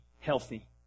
healthy